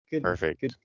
Perfect